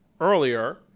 earlier